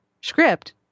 script